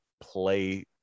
play